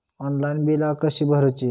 Online बिला कशी भरूची?